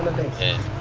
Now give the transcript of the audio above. content